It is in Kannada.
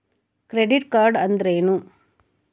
ಕ್ರೆಡಿಟ್ ಕಾರ್ಡ್ ಅಂದ್ರೇನು?